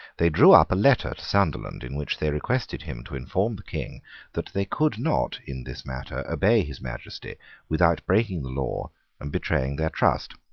they drew up a letter to sunderland in which they requested him to inform the king that they could not, in this matter, obey his majesty without breaking the law and betraying their trust.